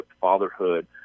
fatherhood